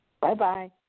Bye-bye